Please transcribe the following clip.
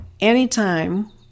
Anytime